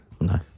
No